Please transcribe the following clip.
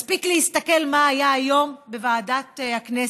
מספיק להסתכל על מה שהיה היום בוועדת הכנסת.